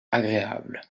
agréable